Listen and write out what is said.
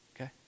Okay